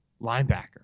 linebacker